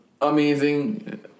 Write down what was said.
amazing